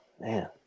man